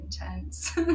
intense